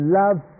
love